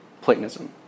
Platonism